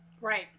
Right